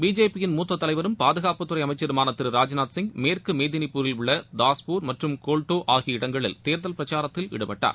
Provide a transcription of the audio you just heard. பிஜேபியின் மூத்த தலைவரும் பாதுகாப்புத்துறை அமைச்சருமான திரு ராஜ்நாத் சிங் மேற்கு மெதினிபூரில் உள்ள தாஸ்பூர் மற்றும் கோல்டோ ஆகிய இடங்களில் தேர்தல் பிரசாரத்தில் ஈடுபட்டார்